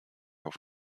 auf